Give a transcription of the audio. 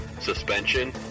suspension